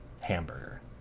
hamburger